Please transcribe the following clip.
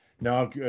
now